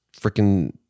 freaking